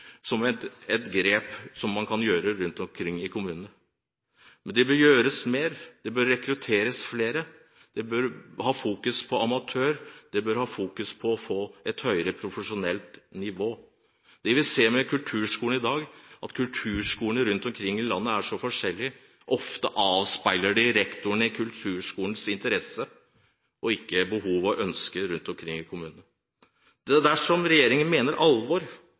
som et grep som man kan gjøre rundt omkring i kommunene. Men det bør gjøres mer. Man bør rekruttere flere og fokusere både på amatørfeltet og på å få et høyere profesjonelt nivå. Det vi ser i dag, er at kulturskolene rundt omkring i landet er så forskjellige. Ofte avspeiler kulturskolene rektorenes interesser og ikke behov og ønsker rundt omkring i kommunene. Dersom regjeringen mente alvor, bør den få kuttet ned på køene. Det er